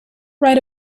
write